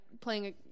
playing